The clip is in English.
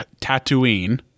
Tatooine